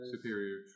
superior